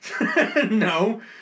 No